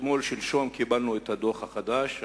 אתמול או שלשום קיבלנו את הדוח החדש.